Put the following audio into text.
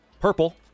purple